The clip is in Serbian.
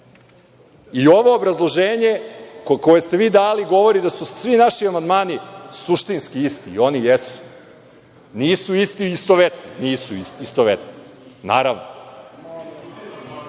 obrazloženje koje ste vi dali govori da su svi naši amandmani suštinski isti i oni jesu, nisu isti i istovetni, nisu